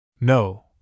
No